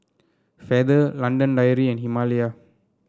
Feather London Dairy and Himalaya